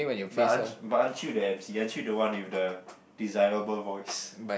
but aren't but aren't you the emcee aren't you the one with the desirable voice